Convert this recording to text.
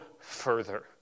further